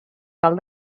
tal